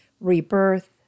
rebirth